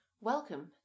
Welcome